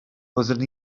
wyddwn